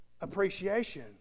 appreciation